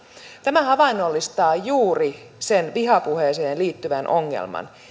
tämä havainnollistaa juuri sen vihapuheeseen liittyvän ongelman